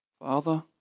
Father